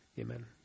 Amen